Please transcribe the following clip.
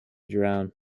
drown